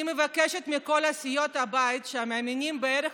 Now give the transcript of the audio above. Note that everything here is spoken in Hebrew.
אני מבקשת מכל סיעות הבית שמאמינות בערך